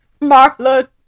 Marlon